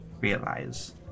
realize